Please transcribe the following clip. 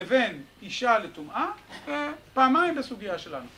לבין אישה לטומאה, פעמיים בסוגיה שלנו